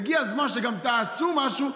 הגיע הזמן שגם תעשו משהו,